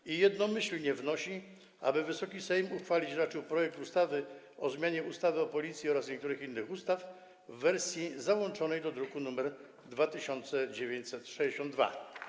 Komisja jednomyślnie wnosi, aby Wysoki Sejm uchwalić raczył projekt ustawy o zmianie ustawy o Policji oraz niektórych innych ustaw w wersji dołączonej do druku nr 2962.